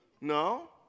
No